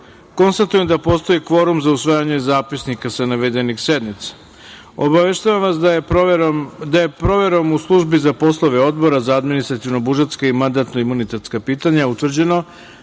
konstatujem da postoji kvorum za usvajanje zapisnika sa navedenih sednica. Obaveštavam vas da je proverom u Službi za poslove Odbora za administrativno-budžetska i mandatno-imunitetska pitanja utvrđeno